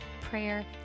prayer